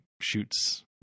shoots